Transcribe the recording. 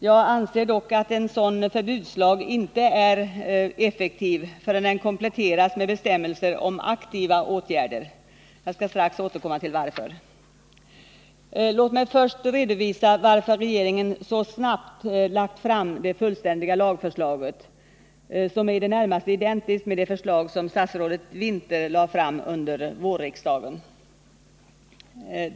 Jag anser dock att en sådan förbudslag inte är effektiv förrän den kompletteras med bestämmelser om aktiva åtgärder. Jag skall strax återkomma till varför. Låt mig först redovisa varför regeringen så snabbt lade fram det fullständiga lagförslaget — som är i det närmaste identiskt med det förslag som statsrådet Winther lade fram under vårsessionen.